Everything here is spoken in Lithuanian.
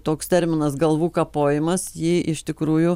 toks terminas galvų kapojimas ji iš tikrųjų